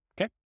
okay